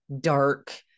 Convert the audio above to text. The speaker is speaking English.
dark